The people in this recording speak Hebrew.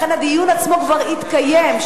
לכן הדיון כבר התקיים,